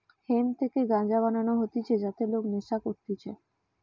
hemp থেকে গাঞ্জা বানানো হতিছে যাতে লোক নেশা করতিছে